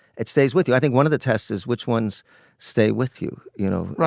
it stays with you. i think one of the tests is which ones stay with you, you know? right.